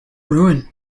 ruin